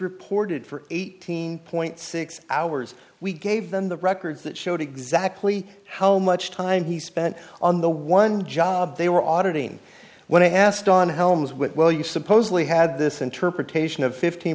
reported for eighteen point six hours we gave them the records that showed exactly how much time he spent on the one job they were audited in when i asked on helms with well you supposedly had this interpretation of fifteen